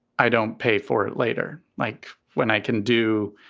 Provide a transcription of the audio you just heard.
i don't pay for it later. like when i can do